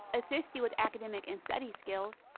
assist you with academic and study skills,